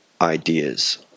ideas